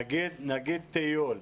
נגיד טיול,